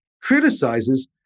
criticizes